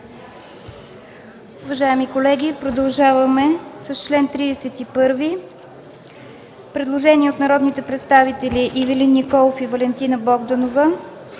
уважаеми колеги! Продължаваме с чл. 31, по който има предложение от народните представители Ивелин Николов и Валентина Богданова